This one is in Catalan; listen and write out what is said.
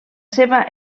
seva